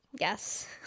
Yes